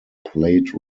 plate